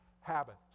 habits